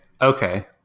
Okay